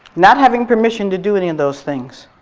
not having permission to do any of those things.